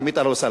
מית אהלן וסהלן.